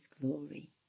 glory